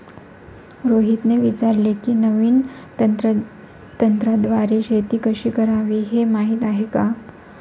रोहितने विचारले की, नवीन तंत्राद्वारे शेती कशी करावी, हे माहीत आहे का?